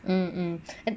mm